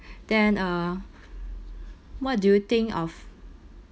then uh what do you think of